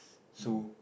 so